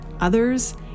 others